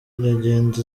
iragenda